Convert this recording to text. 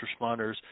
responders